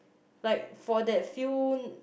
like for that few